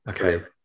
Okay